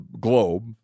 globe